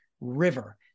river